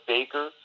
Baker